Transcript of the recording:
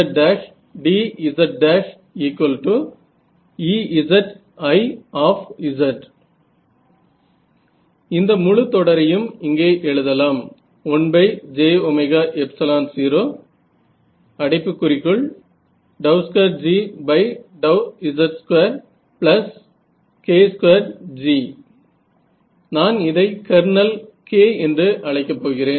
L2L2IzKzzdzEzi இந்த முழு தொடரையும் இங்கே எழுதலாம் 1j02Gz2k2Gநான் இதை கெர்னல் K என்று அழைக்கப் போகிறேன்